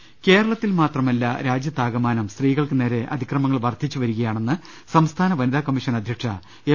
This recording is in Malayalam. രദേഷ്ടെടു കേരളത്തിൽ മാത്രമല്ല രാജൃത്ത് ആകമാനം സ്ത്രീകൾക്ക് നേരെ അതി ക്രമങ്ങൾ വർദ്ധിച്ചു വരികയാണെന്ന് സംസ്ഥാന വനിതാ കമ്മീഷൻ അധൃ ക്ഷ എം